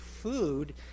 food